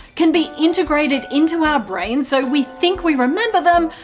can be integrated into our brains so we think we remember them,